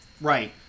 Right